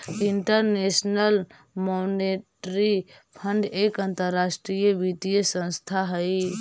international monetary fund एक अंतरराष्ट्रीय वित्तीय संस्थान हई